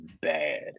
bad